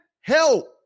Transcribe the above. help